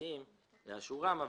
המשפטיים לאשורם.